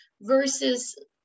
versus